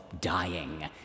dying